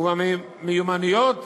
ובמיומנויות